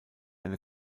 eine